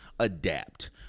adapt